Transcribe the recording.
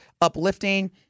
uplifting